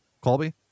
colby